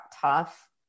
tough